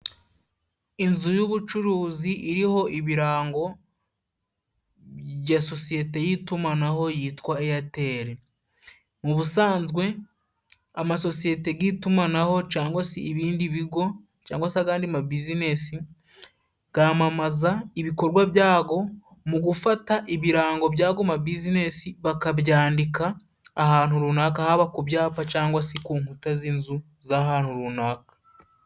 Inzu y’ubucuruzi iriho ibirango bya sosiyete y’itumanaho yitwa Eyateli. Mu busanzwe, amasosiyete g’itumanaho, cangwa si ibindi bigo, cangwa se agandi ma bizinesi, gamamaza ibikorwa byago mu gufata ibirango byago ma bizinesi, bakabyandika ahantu runaka, haba ku byapa cangwa si ku nkuta z’inzu z’ahantu runaka.